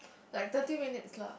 like thirty minutes lah